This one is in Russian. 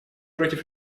против